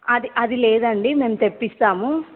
అది అది లేదండి మేము తెప్పిస్తాము